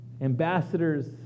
ambassadors